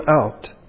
out